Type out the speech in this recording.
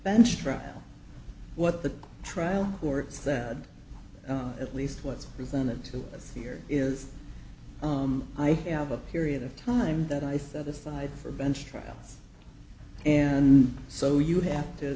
bench trial what the trial court said at least what's presented to us here is i have a period of time that i set aside for a bench trial and so you have to